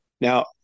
Now